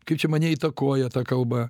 kaip čia mane įtakoja ta kalba